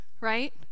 right